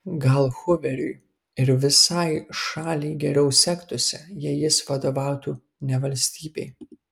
gal huveriui ir visai šaliai geriau sektųsi jei jis vadovautų ne valstybei